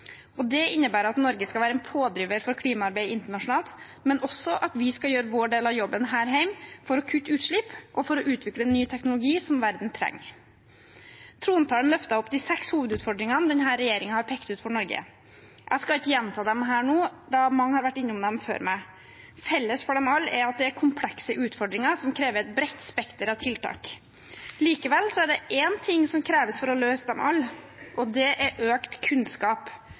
hovedutfordringene. Det innebærer at Norge skal være en pådriver for klimaarbeid internasjonalt, men også at vi skal gjøre vår del av jobben her hjemme for å kutte utslipp og for å utvikle ny teknologi som verden trenger. Trontalen løftet opp de seks hovedutfordringene denne regjeringen har pekt ut for Norge. Jeg skal ikke gjenta dem her nå, da mange har vært innom dem før meg. Felles for dem alle er at det er komplekse utfordringer som krever et bredt spekter av tiltak. Likevel er det én ting som kreves for å løse dem alle – og det er økt kunnskap,